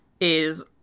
is-